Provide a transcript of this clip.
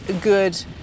good